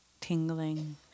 tingling